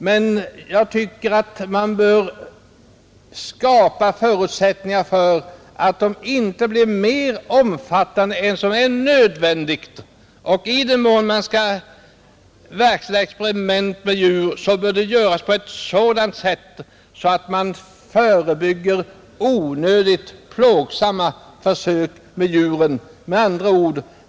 Men man bör försöka skapa förutsättningar för att de inte blir mer omfattande än som är nödvändigt. I den mån experiment skall företas med djur bör dessa göras på ett sådant sätt att onödigt plågsamma försök förebygges.